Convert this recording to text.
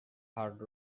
hard